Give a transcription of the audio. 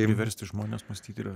ir versti žmones mąstyti